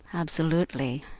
absolutely,